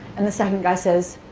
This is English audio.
and the second guy says,